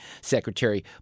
secretary